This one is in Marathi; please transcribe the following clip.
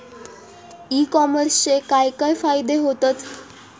ई कॉमर्सचे काय काय फायदे होतत?